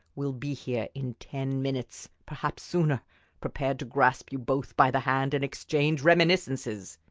will be here in ten minutes perhaps sooner prepared to grasp you both by the hand and exchange reminiscences.